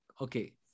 okay